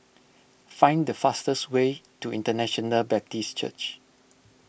find the fastest way to International Baptist Church